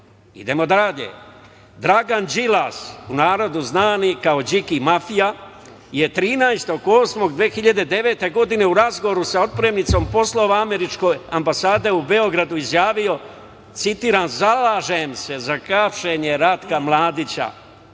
Idemo dalje. Dragan Đilas, u narodu znani kao „Điki mafija“, je 13.8.2009. godine u razgovoru sa otpravnicom poslova američke ambasade u Beogradu izjavio, citiram: "Zalažem se za hapšenje Ratka Mladića